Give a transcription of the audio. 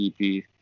ep